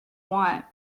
want